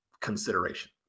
consideration